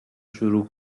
شروع